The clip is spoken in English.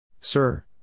Sir